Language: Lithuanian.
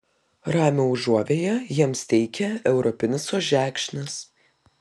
ramią užuovėją jiems teikia europinis ožekšnis